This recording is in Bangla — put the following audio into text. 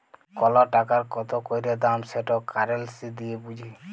কল টাকার কত ক্যইরে দাম সেট কারেলসি দিঁয়ে বুঝি